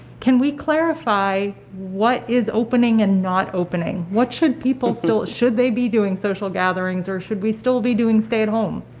can we clarify what is opening and not opening, what should people still, should they be doing social gatherings or should we still be doing stay at home?